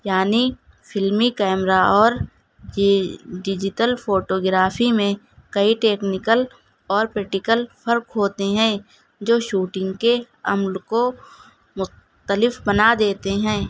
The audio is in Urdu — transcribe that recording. یعنی فلمی کیمرہ اور ڈیجیٹل فوٹوگرافی میں کئی ٹیکنیکل اور پیٹیکل فرق ہوتے ہیں جو شوٹنگ کے عمل کو مختلف بنا دیتے ہیں